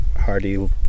hardy